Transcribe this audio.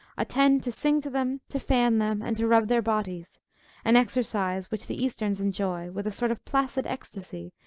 attend to sing to them, to fan them, and to rub their bodies an exercise which the easterns enjoy, with a sort of placid ecstasy,